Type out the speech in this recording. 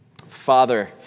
father